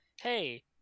hey